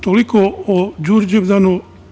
Toliko o Đurđevdanu.